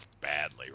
badly